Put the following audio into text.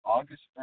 August